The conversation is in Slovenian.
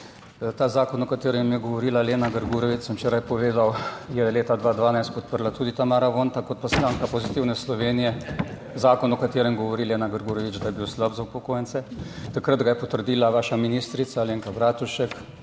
Ta zakon, o katerem je govorila Lena Grgurevič, sem včeraj povedal, je leta 2012 podprla tudi Tamara Vonta, kot poslanka Pozitivne Slovenije. Zakon o katerem govori Lena Grgurevič, da je bil slab za upokojence, takrat ga je potrdila vaša ministrica Alenka Bratušek,